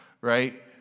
Right